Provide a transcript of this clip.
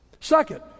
Second